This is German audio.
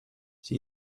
sie